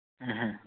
ꯎꯝ ꯍꯝ